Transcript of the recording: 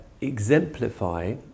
exemplify